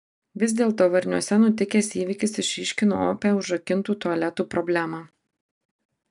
vis dėlto varniuose nutikęs įvykis išryškino opią užrakintų tualetų problemą